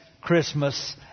Christmas